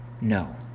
No